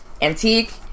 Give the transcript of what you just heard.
Antique